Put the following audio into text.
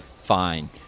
fine